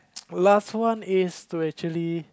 last one is to actually